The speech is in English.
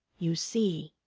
you see!